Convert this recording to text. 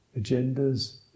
agendas